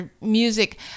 music